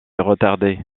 retardée